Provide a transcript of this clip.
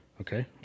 Okay